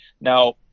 Now